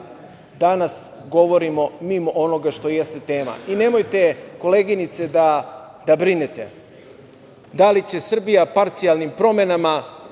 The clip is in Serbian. danas govorimo mimo onoga što jeste tema. Nemojte, koleginice, da brinete da li će Srbija parcijalnim promenama